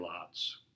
lots